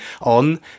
on